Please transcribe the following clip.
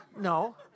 No